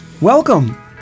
Welcome